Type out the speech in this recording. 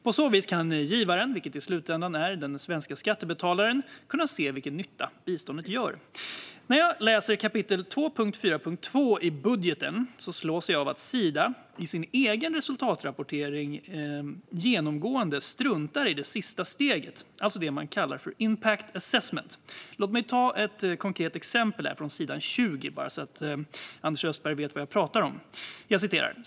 På så vis kan givaren, vilket i slutändan är den svenska skattebetalaren, se vilken nytta biståndet gör. När jag läser kapitel 2.4.2 i budgeten slås jag av att Sida i sin egen resultatrapportering genomgående struntar i det sista steget, alltså det man kallar impact assessment. Låt mig ta ett konkret exempel från s. 20 så att Anders Österberg vet vad jag talar om.